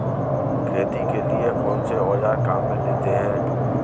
खेती के लिए कौनसे औज़ार काम में लेते हैं?